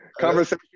Conversation